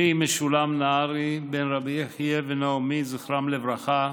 אני, משולם נהרי, בן רבי יחיא ונעמי, זכרם לברכה,